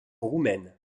roumaine